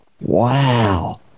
Wow